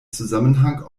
zusammenhang